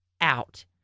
out